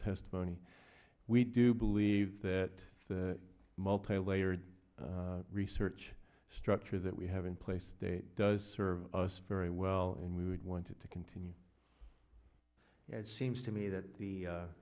testimony we do believe that the multi layered research structure that we have in place does serve us very well and we would want to continue it seems to me that the